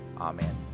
Amen